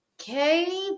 okay